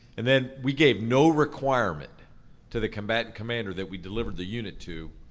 and then we gave no requirement to the combatant commander that we delivered the unit to,